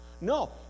No